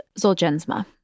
Zolgensma